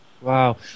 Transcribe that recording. Wow